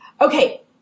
Okay